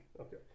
Okay